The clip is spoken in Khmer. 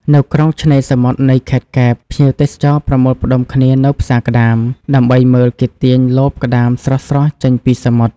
នៅក្រុងឆ្នេរសមុទ្រនៃខេត្តកែប ភ្ញៀវទេសចរប្រមូលផ្តុំគ្នានៅផ្សារក្តាម ដើម្បីមើលគេទាញលបក្តាមស្រស់ៗចេញពីសមុទ្រ។